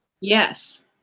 Yes